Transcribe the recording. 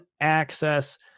access